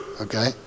Okay